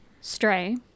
Stray